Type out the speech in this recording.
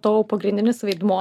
tavo pagrindinis vaidmuo